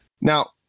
Now